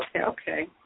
Okay